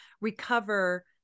recover